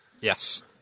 yes